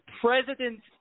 President